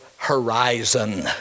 Horizon